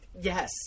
Yes